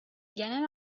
genel